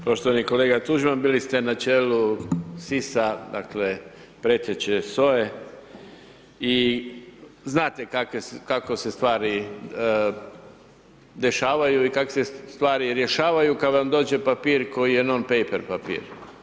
Poštovani kolega Tuđman, bili ste na čelu SIS-a, dakle, preteće SOA-e, i znate kako se stvari dešavaju i kako se stvari rješavaju kad vam dođe papir koji je non-paper papir.